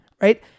right